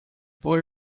boy